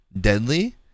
deadly